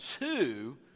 two